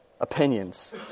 opinions